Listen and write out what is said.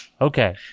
Okay